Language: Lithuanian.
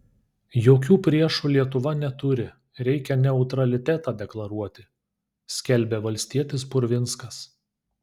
jokių priešų lietuva neturi reikia neutralitetą deklaruoti skelbė valstietis purvinskas